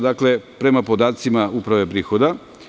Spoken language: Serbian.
Dakle, prema podacima Uprave prihoda.